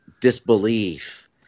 disbelief